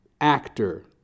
actor